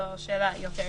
זו שאלה יותר עקרונית.